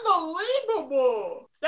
unbelievable